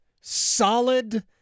solid